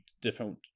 different